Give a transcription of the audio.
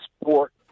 sport